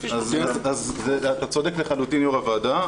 אתה צודק לחלוטין יו"ר הוועדה,